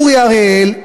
אורי אריאל,